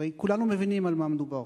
הרי כולנו מבינים על מה מדובר.